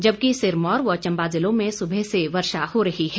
जबकि सिरमौर व चंबा जिलों में सुबह से ही वर्षा हो रही है